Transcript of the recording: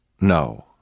No